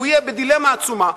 הוא יהיה בדילמה עצומה.